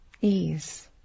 ease